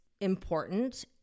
important